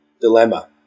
dilemma